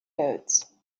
nodes